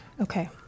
Okay